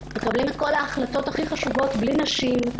מקבלים את ההחלטות הכי חשובות בלי נשים.